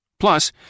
Plus